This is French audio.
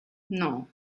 non